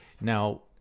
Now